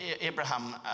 Abraham